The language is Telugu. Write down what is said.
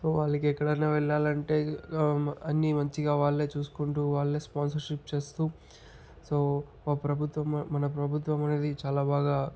సో వాళ్ళకి ఎక్కడైనా వెళ్ళాలంటే అన్నీ మంచిగా వాళ్ళే చూసుకుంటూ వాళ్ళే స్పాన్సర్షిప్ చేస్తు సో ఒక ప్రభుత్వం మన ప్రభుత్వం అనేది చాలా బాగా